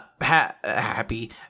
happy